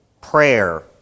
prayer